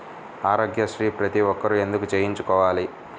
ఆరోగ్యశ్రీ ప్రతి ఒక్కరూ ఎందుకు చేయించుకోవాలి?